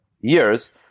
years